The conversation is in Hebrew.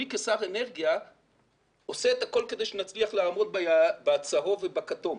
אני כשר אנרגיה עושה את הכול כדי שנצליח לעמוד בצהוב ובכתום,